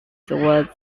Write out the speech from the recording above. was